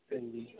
हां जी